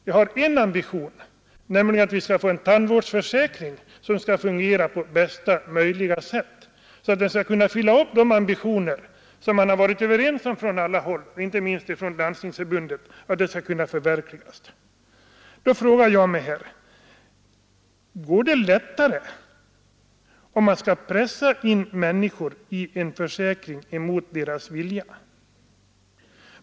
Jag har en ambition, nämligen att vi skall få en tandvårdsförsäkring som skall fungera på bästa möjliga sätt, så att den skall kunna tillgodose de syften som man på alla håll, inte minst inom Landstingsförbundet, varit överens om att den skulle förverkliga. Då frågar jag mig om det går lättare om man pressar in människor i en försäkring mot deras vilja.